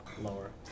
Lower